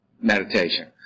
Meditation